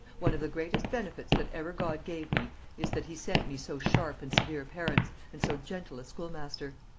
one of the greatest benefits that ever god gave me is, that he sent me so sharp and severe parents, and so gentle a schoolmaster.